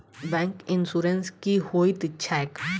Bank insurance की होइत छैक?